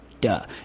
Duh